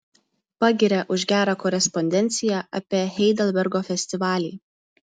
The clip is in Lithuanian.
pagiria už gerą korespondenciją apie heidelbergo festivalį